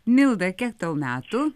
milda kiek tau metų